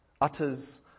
utters